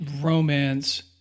Romance